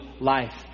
life